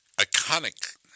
iconic